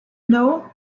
know